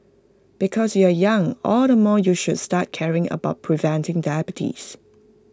because you are young all the more you should start caring about preventing diabetes